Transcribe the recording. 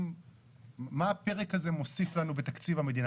מה הפרק הזה מוסיף לנו בתקציב המדינה?